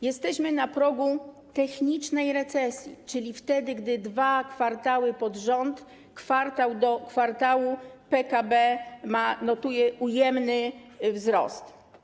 Jesteśmy na progu technicznej recesji, czyli wtedy, gdy dwa kwartały z rzędu, kwartał do kwartału PKB notuje ujemny wzrost.